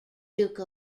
duke